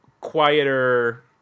quieter